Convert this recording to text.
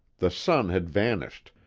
the sun had vanished,